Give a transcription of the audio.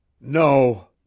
No